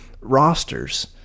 rosters